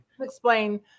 Explain